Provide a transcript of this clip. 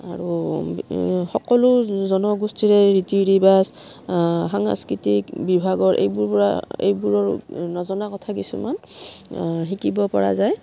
আৰু সকলো জনগোষ্ঠীৰে ৰীতি ৰিবাজ সাংস্কৃতিক বিভাগৰ এইবোৰ পৰা এইবোৰৰ নজনা কথা কিছুমান শিকিব পৰা যায়